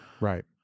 Right